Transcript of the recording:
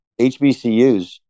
HBCUs